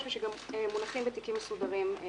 ושגם מונחים בפניכם עכשיו בתיקים מסודרים.